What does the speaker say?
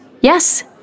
Yes